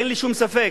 אין לי שום ספק,